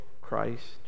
Christ